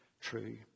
true